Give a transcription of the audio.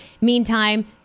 Meantime